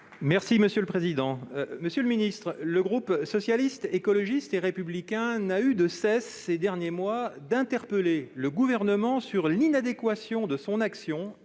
et Républicain. Monsieur le ministre, le groupe Socialiste, Écologiste et Républicain n'a eu de cesse, ces derniers mois, d'interpeller le Gouvernement sur l'inadéquation de son action